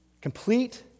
complete